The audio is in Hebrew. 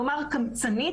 נאמר קמצנית,